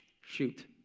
shoot